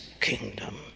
kingdom